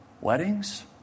Weddings